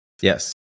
Yes